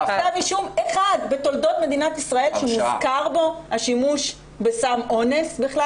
כתב אישום אחד בתולדות מדינת ישראל שמוזכר בו השימוש בסם אונס בכלל.